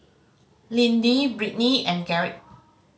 Lindy Britny and Garrick